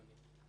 אדוני.